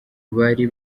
bari